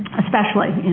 especially,